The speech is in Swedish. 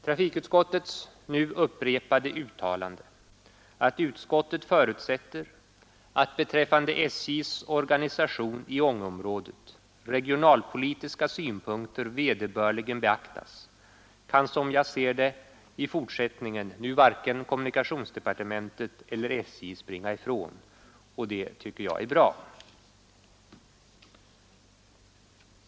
Trafikutskottets nu-upprepade uttalande att utskottet förutsätter, att beträffande SJ:s organisation i Ångeområdet regionalpolitiska synpunkter vederbörligen beaktas kan, som jag ser det, i fortsättningen varken kommunikationsdepartementet eller SJ springa ifrån, och det tycker jag är bra.